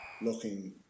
looking